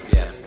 Yes